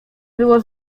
było